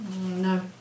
No